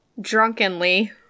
Drunkenly